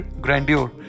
grandeur